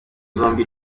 zombi